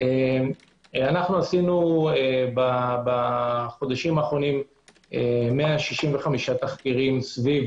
עשינו בחודשים האחרונים 165 תחקירים סביב